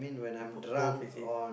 b~ both is it